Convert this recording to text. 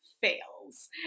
fails